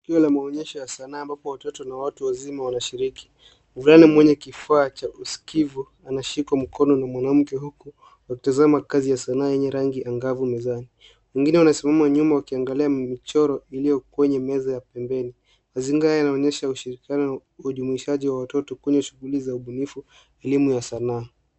Tukio la maonyesho ya sanaa ambapo watoto na watu wazima wanashiriki. Mvulana mwenye kifaa cha usikivu, anashikwa mkono na mwanamke huku, wakitazama kazi ya sanaa yenye rangi angavu mezani. Mwingine anasimama nyuma akiangalia michoro iliyo kwenye meza ya pembeni. Mazingira yanaonyesha ushirikiano wa ujumuishaji wa watoto kwenye shughuli za ubunifu, elimu ya sanaa.